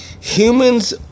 humans